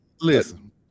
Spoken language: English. listen